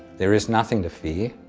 there's nothing to fear,